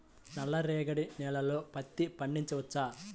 నల్ల రేగడి నేలలో పత్తి పండించవచ్చా?